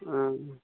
হুম